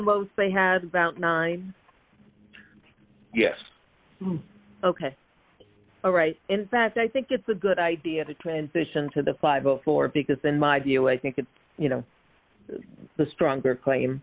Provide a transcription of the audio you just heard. most they has about nine yes ok all right in fact i think it's a good idea to transition to the fly before because in my view i think it's you know the stronger claim